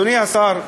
אדוני השר,